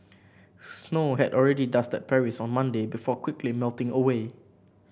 snow had already dusted Paris on Monday before quickly melting away